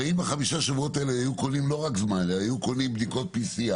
הרי אם בחמשת השבועות האלה היו קונים לא רק זמן אלא גם בדיקות PCR,